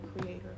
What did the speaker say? creator